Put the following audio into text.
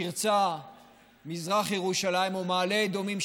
פרצת מזרח ירושלים ומעלה אדומים,